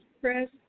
Chris